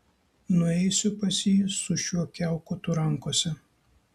nueisiu pas jį su šiuo kiaukutu rankose